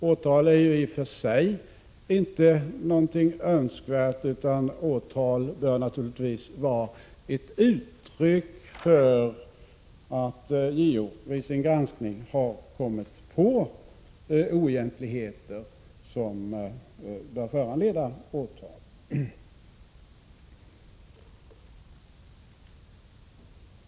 Åtal är ingenting önskvärt i sig, utan åtal bör naturligtvis vara ett uttryck för att JO vid sin granskning har kommit på oegentligheter som bör föranleda åtal.